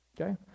okay